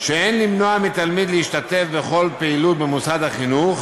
שאין למנוע מתלמיד להשתתף בכל פעילות במוסד החינוך,